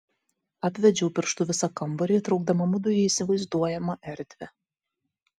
apvedžiau pirštu visą kambarį įtraukdama mudu į įsivaizduojamą erdvę